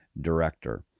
director